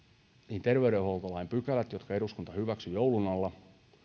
niin terveydenhuoltolain pykälät jotka eduskunta hyväksyi joulun alla